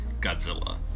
Godzilla